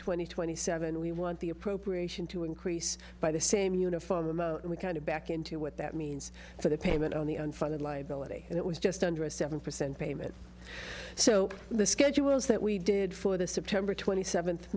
and twenty seven we want the appropriation to increase by the same uniform amount we kind of back into what that means for the payment on the unfunded liability and it was just under a seven percent payment so the schedules that we did for the september twenty seventh